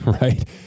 right